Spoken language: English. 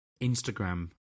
Instagram